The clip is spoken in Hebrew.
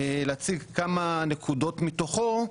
להציג כמה נקודות מתוכו.